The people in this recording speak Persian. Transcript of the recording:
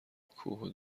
کوه